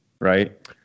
Right